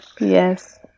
yes